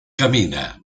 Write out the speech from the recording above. camina